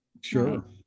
Sure